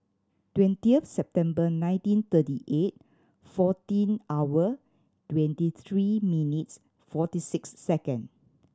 twentieth September nineteen thirty eight fourteen hour twenty three minutes forty six second